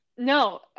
No